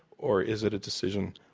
or is it a decision?